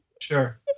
Sure